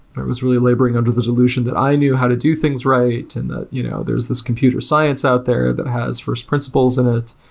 was really laboring under the delusion that i knew how to do things right and that you know there's this computer science out there that has first principles in it,